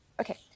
Okay